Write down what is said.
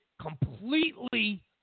completely